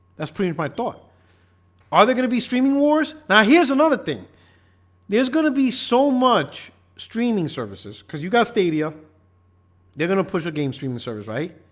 that's pretty fine thought are there gonna be streaming wars now? here's another thing there's gonna be so much streaming services because you got stadia they're gonna push a game streaming service, right?